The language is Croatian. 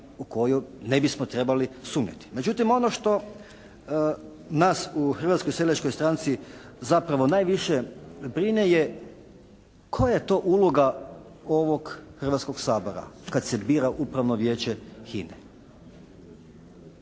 u koju ne bismo trebali sumnjati. Međutim ono što nas u Hrvatskoj seljačkoj stranci zapravo najviše brine je koja je to uloga ovog Hrvatskog sabora kada se bira Upravno vijeće HINA-e.